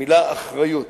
המלה "אחריות",